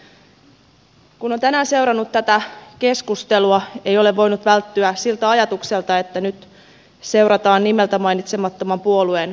kun on tänään seurannut tätä keskustelua ei ole voinut välttyä siltä ajatukselta että nyt seurataan nimeltä mainitsemattoman puolueen kuntavaalistarttia